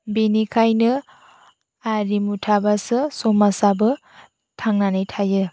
बिनिखायनो आरिमु थाबासो समाजाबो थांनानै थायो